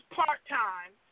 part-time